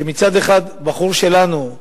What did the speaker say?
כשמצד אחד בחור שלנו,